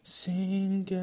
sing